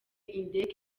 indege